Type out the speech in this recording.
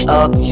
up